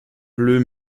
bleu